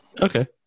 Okay